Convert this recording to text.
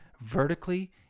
vertically